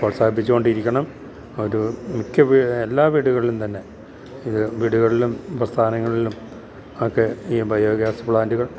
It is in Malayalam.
പ്രോത്സാഹിപ്പിച്ചുകൊണ്ടിരിക്കണം ഒരു മിക്ക എല്ലാ വീടുകളിലും തന്നെ ഇത് വീടുകളിലും പ്രസ്ഥാനങ്ങളിലുമൊക്കെ ഈ ബയോഗ്യാസ് പ്ലാന്റുകൾ